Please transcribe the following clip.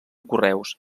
correus